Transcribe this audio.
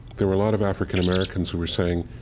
there were a lot of african americans who were saying,